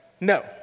no